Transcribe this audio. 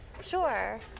Sure